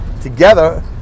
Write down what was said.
together